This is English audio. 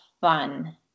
fun